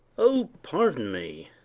o, pardon me!